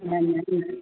न न न